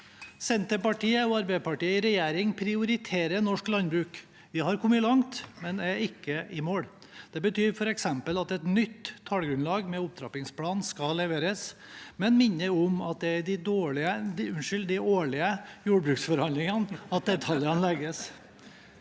Senterpartiet og Arbeiderpartiet i regjering prioriterer norsk landbruk. Vi er kommet langt, men er ikke i mål. Det betyr f.eks. at et nytt tallgrunnlag med opptrappingsplan skal leveres, men vi minner om at det er i de årlige jordbruksforhandlingene at detaljene legges.